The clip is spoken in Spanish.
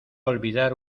olvidar